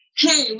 hey